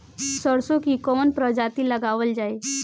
सरसो की कवन प्रजाति लगावल जाई?